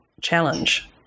challenge